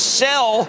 sell